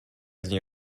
dni